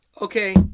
Okay